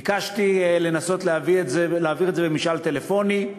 ביקשתי לנסות להעביר את זה במשאל טלפוני.